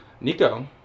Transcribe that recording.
Nico